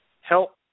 help